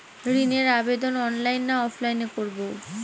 ঋণের আবেদন অনলাইন না অফলাইনে করব?